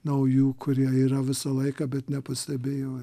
naujų kurie yra visą laiką bet nepastebėjo